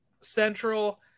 central